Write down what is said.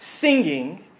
singing